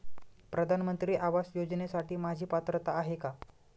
प्रधानमंत्री आवास योजनेसाठी माझी पात्रता आहे का?